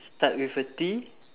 start with a T